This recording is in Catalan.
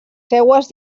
seues